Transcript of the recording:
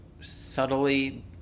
subtly